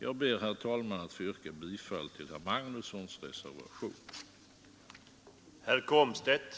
Jag ber, herr talman, att få yrka bifall till reservationen av herr Magnusson i Kristenhamn.